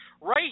right